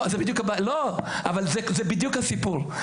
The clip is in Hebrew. זה בדיוק הסיפור.